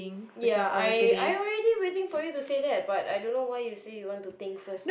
ya I I already waiting for you to say that but I don't know why you say you want to think first